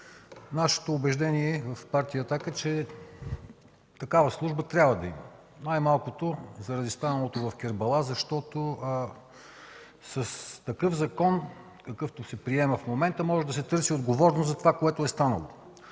Нашето убеждение от Партия „Атака” е, че такава служба трябва да има. Най-малкото заради станалото в Кербала, защото с такъв закон, какъвто се приема в момента, може да се търси отговорност за това, което е станало.